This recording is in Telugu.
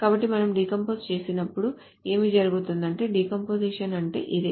కాబట్టి మనం డీకంపోజ్ చేసినప్పుడు ఏమి జరుగుతుందంటే డీకంపోజిషన్ అంటే ఇదే